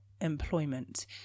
employment